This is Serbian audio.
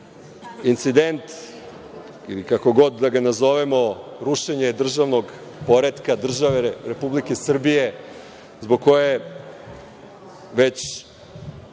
incident ili kako god da ga nazovemo, rušenje državnog poretka države Republike Srbije, zbog koje već